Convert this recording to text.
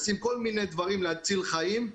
לשים כל מיני דברים להציל חיים,